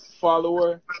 follower